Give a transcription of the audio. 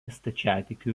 stačiatikių